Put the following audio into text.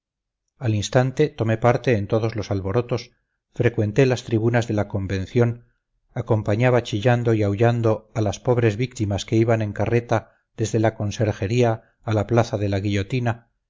al instante tomé parte en todos los alborotos frecuenté las tribunas de la convención acompañaba chillando y aullando a las pobres víctimas que iban en carreta desde la conserjería a la plaza de la guillotina